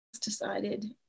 decided